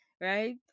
right